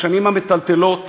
השנים האחרונות, המטלטלות,